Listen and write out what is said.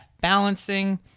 balancing